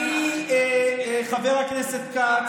אני רק מזכיר שהימין עשה את ההתנתקות.